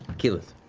keyleth.